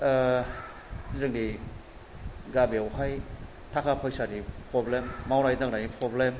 ओ जोंनि गामियावहाय थाखा फैसानि प्रब्लेम मावनाय दांनायनि प्रब्लेम